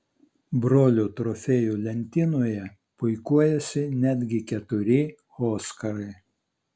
brolių trofėjų lentynoje puikuojasi netgi keturi oskarai